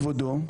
כבודו,